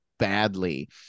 Badly